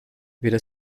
weder